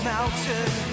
mountain